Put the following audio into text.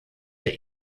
der